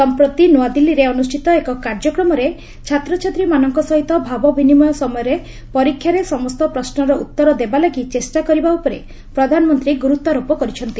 ସମ୍ପ୍ରତି ନୂଆଦିଲୀରେ ଅନୁଷ୍ଠିତ ଏକ କାର୍ଯ୍ୟକ୍ରମରେ ଛାତ୍ରୀଛାତ୍ରୀମାନଙ୍କ ସହିତ ଭାବ ବିନିମୟ ସମୟରେ ପରୀକ୍ଷାରେ ସମସ୍ତ ପ୍ରଶ୍ୱର ଉତ୍ତର ଦେବାଲାଗି ଚେଷ୍ଟା କରିବା ଉପରେ ପ୍ରଧାନମନ୍ତ୍ରୀ ଗୁରୁତ୍ୱାରୋପ କରିଛନ୍ତି